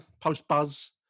post-buzz